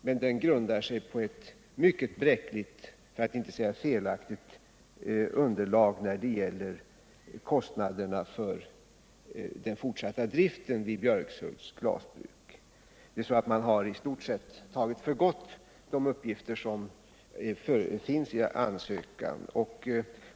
Men den grundar sig på ett mycket bräckligt, för att inte säga felaktigt, underlag när det gäller kostnaderna för den fortsatta driften vid Björkshults glasbruk. Man har i stort sett tagit för gott de uppgifter som finns i ansökan.